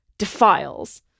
defiles